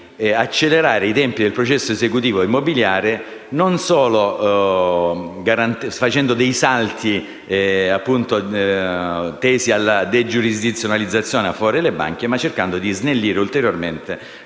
di accelerare i tempi del processo esecutivo immobiliare, non solo facendo dei salti tesi alla degiurisdizionalizzazione a favore delle banche, ma anche cercando di snellire ulteriormente